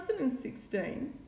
2016